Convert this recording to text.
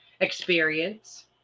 experience